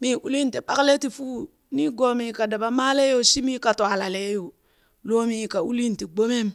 mii ulin ti ɓakle ti fuu nigoomii ka dabamaalee shimi ka twaalale yo lomii ka ulin ti gbomeem